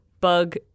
bug